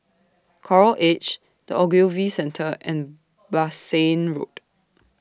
Coral Edge The Ogilvy Centre and Bassein Road